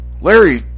Larry